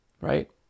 right